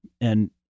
And-